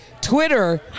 twitter